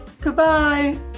Goodbye